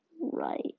right